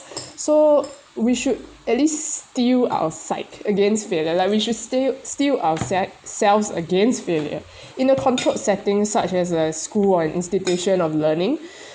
so we should at least steal our side against failure like we should steal steal ourselves self against failure in a controlled setting such as a school or an institution of learning